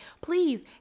Please